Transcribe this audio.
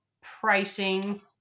pricing